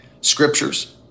scriptures